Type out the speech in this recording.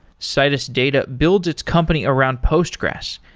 citus data builds its company around postgres,